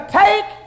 take